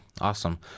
Awesome